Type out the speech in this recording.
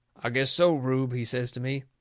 i guess so, rube, he says to me.